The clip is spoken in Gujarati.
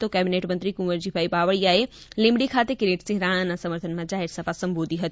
તો કેબિનેટમંત્રી કુંવરજી બાવળીયાએ લીંબડી ખાતે કીરીટસિંહ રાણાના સમર્થનમાં જાહેરસભા સંબોધી હતી